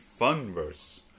Funverse